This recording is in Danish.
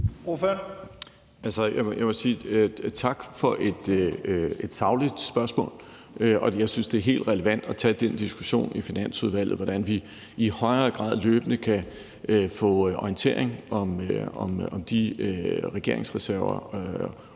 Jeg vil sige tak for et sagligt spørgsmål. Jeg synes, det er helt relevant at tage diskussionen i Finansudvalget om, hvordan vi i højere grad løbende kan få orientering om de regeringsreserver